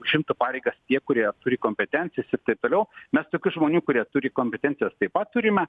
užimtų pareigas tie kurie turi kompetencijas ir taip toliau mes tokių žmonių kurie turi kompetencijas taip pat turime